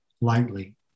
lightly